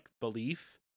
belief